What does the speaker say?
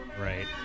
Right